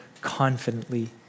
confidently